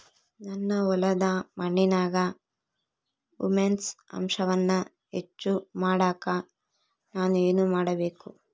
ನನ್ನ ಹೊಲದ ಮಣ್ಣಿನಾಗ ಹ್ಯೂಮಸ್ ಅಂಶವನ್ನ ಹೆಚ್ಚು ಮಾಡಾಕ ನಾನು ಏನು ಮಾಡಬೇಕು?